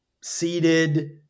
Seated